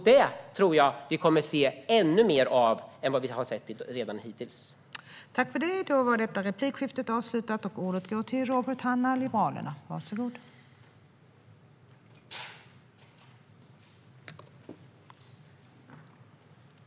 Det tror jag att vi kommer att se ännu mer av än vad vi redan hittills har sett.